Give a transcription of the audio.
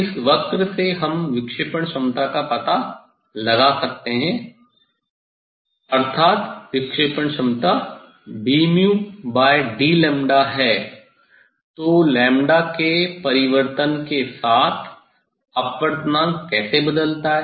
इस वक्र से हम विक्षेपण क्षमता का पता लगा सकते हैं अर्थात विक्षेपण क्षमता dd है तो लैम्ब्डा के परिवर्तन के साथ अपवर्तनांक कैसे बदलता है